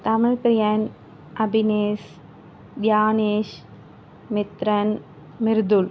Tamilpriyan Abinesh Dhyanesh Mithran Mridul